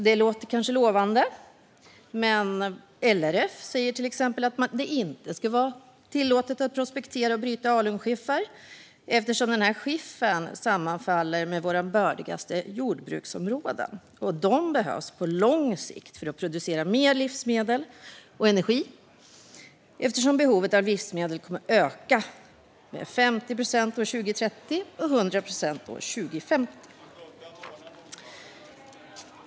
Det låter kanske lovande, men exempelvis tycker inte LRF att det ska vara tillåtet att prospektera och bryta alunskiffer. Skiffern sammanfaller nämligen med våra bördigaste jordbruksområden, och de behövs på lång sikt för att producera mer livsmedel och energi. Behovet av livsmedel kommer att öka med 50 procent till år 2030 och 100 procent till år 2050.